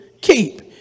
keep